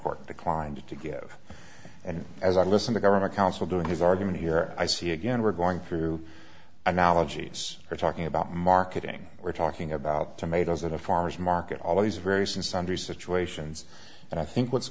court declined to give and as i listen to governor counsel doing his argument here i see again we're going through analogies are talking about marketing we're talking about tomatoes in a farmer's market all these various and sundry situations and i think what's